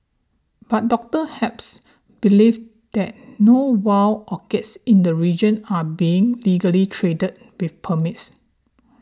but Doctor Phelps believes that no wild orchids in the region are being legally traded with permits